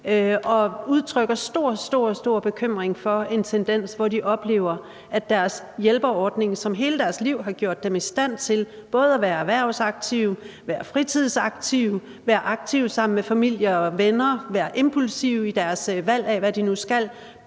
og udtrykker stor, stor bekymring for en tendens, hvor de oplever, at deres hjælperordning, som hele deres liv har gjort dem i stand til både at være erhvervsaktive, være fritidsaktive, være aktive sammen med familie og venner og være impulsive i deres valg af, hvad de nu skal,